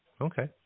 Okay